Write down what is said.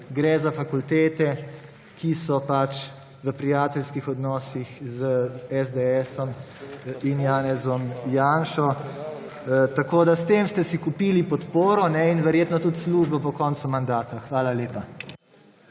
Gre za fakultete, ki so pač v prijateljskih odnosih s SDS in Janezom Janšo. S tem ste si kupili podporo in verjetno tudi službo po koncu mandata. Hvala lepa.